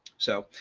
so,